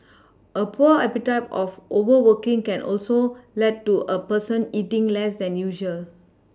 a poor appetite of overworking can also lead to a person eating less than usual